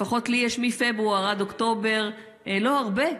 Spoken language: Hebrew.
לפחות לי יש מפברואר עד אוקטובר לא הרבה,